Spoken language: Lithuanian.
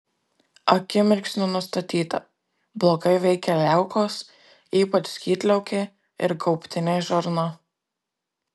akimirksniu nustatyta blogai veikia liaukos ypač skydliaukė ir gaubtinė žarna